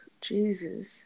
Jesus